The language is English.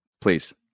Please